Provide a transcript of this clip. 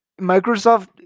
Microsoft